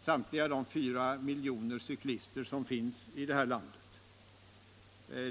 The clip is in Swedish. samtliga de 4 miljoner cyklister som finns i detta land.